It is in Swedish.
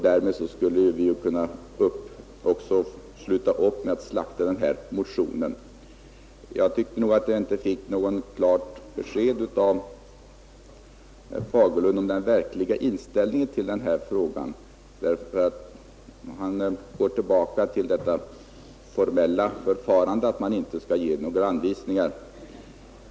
Därmed skulle också våra motioner i denna fråga kunna upphöra. Jag tyckte att jag inte fick något klart besked av herr Fagerlund om den verkliga inställningen till den här frågan. Han går tillbaka till det formella förfarandet att man inte skall ge några anvisningar.